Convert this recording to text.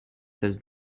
does